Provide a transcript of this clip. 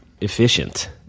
efficient